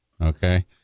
Okay